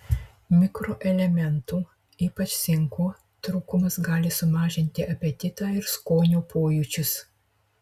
mikroelementų ypač cinko trūkumas gali sumažinti apetitą ir skonio pojūčius